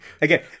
Again